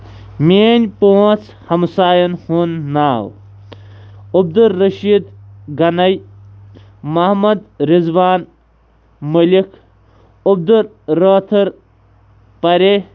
میٲنۍ پٲنٛژھ ہَمسایَن ہُںٛد ناو عبدل رشیٖد غنایی محمد رِضوان ملک عبدل رٲتھٕر پَرے